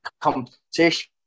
competition